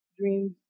dreams